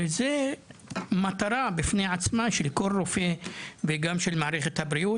זו מטרה בפני עצמה של כל רופא וגם של מערכת הבריאות,